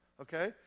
okay